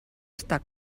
estar